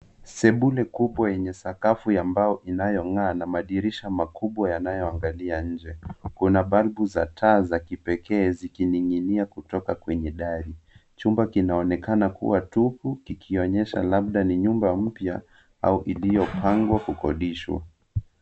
Sebule kubwa yenye sakafu ya mbao inayong'aa na madirisha makubwa yanayoangalia nje. Kuna balbu za taa za kipekee zikining'inia kutoka kwenye dari. Chumba kinaonekana kuwa tupu kikionyesha labda ni nyumba mpya au iliyopangwa kukodishwa.